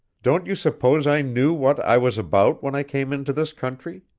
don't you suppose i knew what i was about when i came into this country?